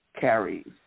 carries